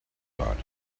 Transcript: got